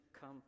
come